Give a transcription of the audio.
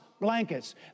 blankets